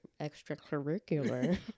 extracurricular